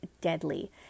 deadly